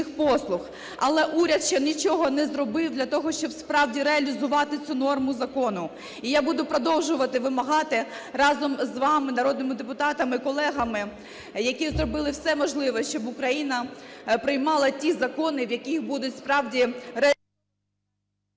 Але уряд ще нічого не зробив для того, щоб справді реалізувати цю норму закону. І я буду продовжувати вимагати разом з вами, народними депутатами і колегам, які зробили все можливе, щоб Україна приймала ті закони, в яких будуть справді… ГОЛОВУЮЧИЙ.